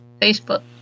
Facebook